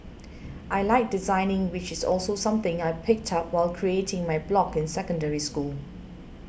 I like designing which is also something I picked up while creating my blog in Secondary School